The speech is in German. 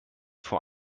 vor